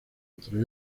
entre